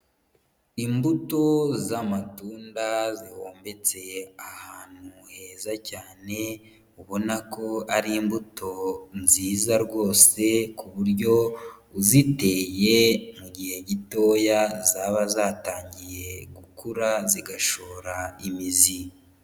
Imbuto z'amatunda zihombetse ahantu heza cyane, ubona ko ari imbuto nziza rwose ku buryo uziteye mu gihe gitoya zaba zatangiye gukura, zigashora imizi.